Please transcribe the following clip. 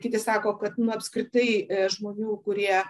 kiti sako kad nu apskritai iš žmonių kurie